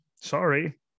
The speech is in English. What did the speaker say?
sorry